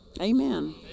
Amen